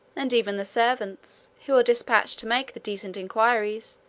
and even the servants, who are despatched to make the decent inquiries,